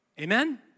Amen